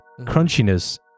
crunchiness